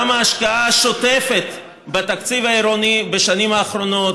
גם ההשקעה השוטפת בתקציב העירוני בשנים האחרונות